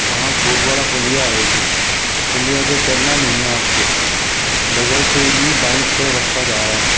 वहाँ छोटवाड़ा पुलिया आएगी पुलिया पे चढ़ना नहीं है आपको बगल से ही बाईं तरफ रास्ता जा रहा है